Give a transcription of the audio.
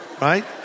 right